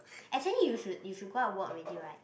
actually you should you should go out work already right